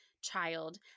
child